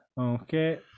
okay